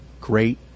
great